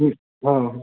हु हँ हँ